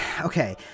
okay